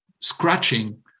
scratching